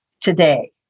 today